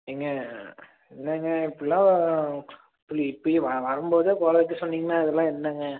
ஏங்க என்னங்க இப்புடில்லான் வரும் போதே குறைக்க சொன்னிங்கனால் இதெல்லாம் என்னங்க